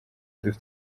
dufite